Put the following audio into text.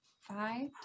five